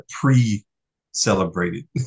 pre-celebrated